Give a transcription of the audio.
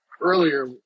earlier